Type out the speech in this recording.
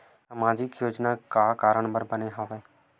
सामाजिक योजना का कारण बर बने हवे?